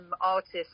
artists